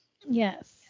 Yes